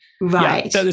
right